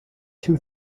two